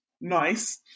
nice